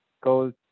go